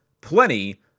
plenty